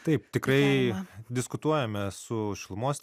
taip tikrai diskutuojame su šilumos